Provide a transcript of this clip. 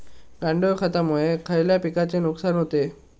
गांडूळ खतामुळे खयल्या पिकांचे नुकसान होते?